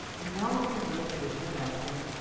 and now milton's in the position of asking,